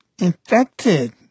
Infected